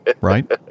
right